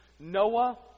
Noah